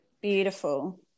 beautiful